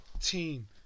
team